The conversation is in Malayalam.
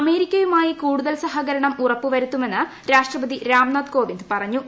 അമേരിക്കയുമായി കൂടുതൽ സഹകരണം ഉറപ്പുവരുത്തുമെന്ന് രാഷ്ട്രപതി രാംനാഥ് കോവിന്ദ് പറഞ്ഞു